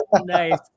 Nice